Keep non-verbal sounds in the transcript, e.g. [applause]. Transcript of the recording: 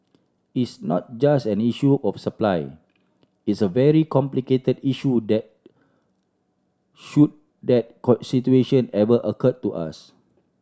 it's not just an issue of supply it's a very complicated issue that should that [unintelligible] situation ever occur to us